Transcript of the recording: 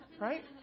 right